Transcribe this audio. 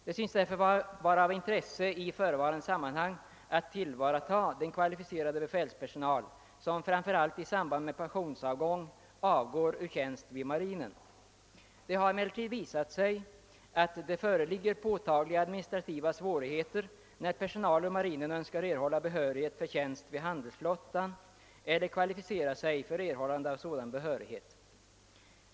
Det synes därför i förevarande sammanhang vara av intresse att tillvarata den kvalificerade befälspersonal, som framför allt i samband med pensionering avgår ur tjänst vid marinen. Det har emellertid visat sig, att det föreligger påtagliga administrativa svårigheter, när personal ur marinen önskar erhålla behörighet för tjänst vid handelsflottan eller kvalificera sig för erhållande av sådan behörighet.